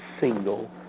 single